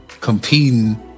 competing